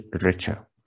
richer